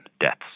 deaths